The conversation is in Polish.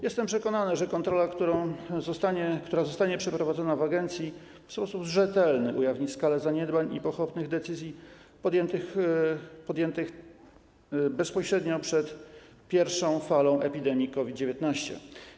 Jestem przekonany, że kontrola, która zostanie przeprowadzona w agencji, w sposób rzetelny ujawni skalę zaniedbań i pochopnych decyzji podjętych bezpośrednio przed pierwszą falą epidemii COVID-19.